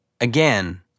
again